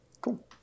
Cool